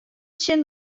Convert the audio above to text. tsjin